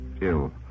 ill